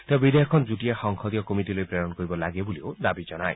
তেওঁ লগতে বিধেয়কখন যুটীয়া সংসদীয় কমিটীলৈ প্ৰেৰণ কৰিব লাগে বুলিও দাবী জনায়